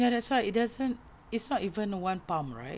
ya that's why it doesn't it's not even one palm right